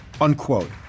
unquote